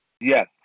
Yes